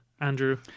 Andrew